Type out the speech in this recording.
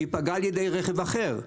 ייפגע על ידי רכב אחר.